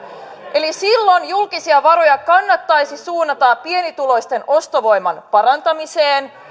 eli silloin julkisia varoja kannattaisi suunnata pienituloisten ostovoiman parantamiseen